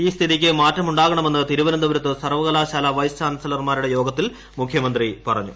ഈ സ്ഥിതിക്ക് മാറ്റമുണ്ടാകണമെന്ന് തിരുവനന്തപുരത്ത് സർവകലാശാല വൈസ്ക് പ്പാൻസലർമാരുടെ യോഗത്തിൽ മുഖ്യമന്ത്രി പറഞ്ഞു